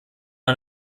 man